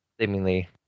seemingly